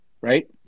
right